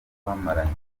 twamaranye